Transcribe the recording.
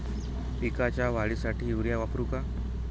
पिकाच्या वाढीसाठी युरिया वापरू का?